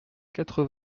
quatre